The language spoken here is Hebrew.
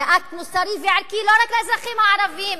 זה אקט מוסרי, לא רק לאזרחים הערבים.